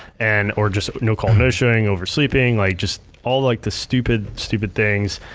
and or just no call, no showing, oversleeping, like just all like the stupid, stupid things.